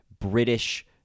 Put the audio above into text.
British –